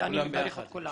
ואני מברך את כולם.